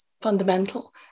fundamental